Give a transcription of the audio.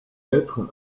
être